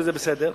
וזה בסדר,